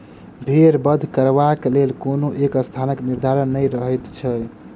भेंड़ बध करबाक लेल कोनो एक स्थानक निर्धारण नै रहैत छै